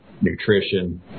nutrition